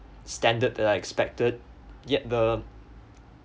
standard that I expected yet the